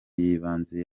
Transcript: y’ibanze